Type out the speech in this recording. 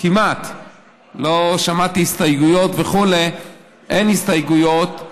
לא שמעתי הסתייגויות, אין הסתייגויות,